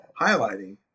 highlighting